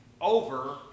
over